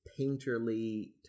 painterly